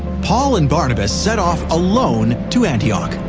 paul and barnabas set off alone to antioch.